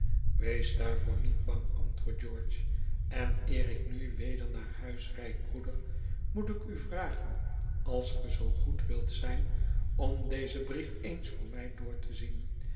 wees daarvoor niet bang antwoordt george en eer ik nu weder naar huis rijd broeder moet ik u vragen als ge zoo goed wilt zijn om dezen brief eens voor mij door te zien